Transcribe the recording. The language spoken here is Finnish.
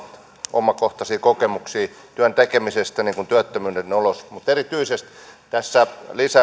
omakohtaisia kokemuksia työn tekemisestä työttömyyden oloissa mutta erityisesti tässä